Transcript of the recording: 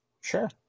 Sure